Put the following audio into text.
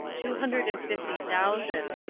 two hundred and fifty thousand.